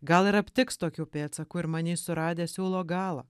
gal ir aptiks tokių pėdsakų ir manys suradę siūlo galą